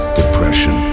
depression